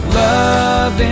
love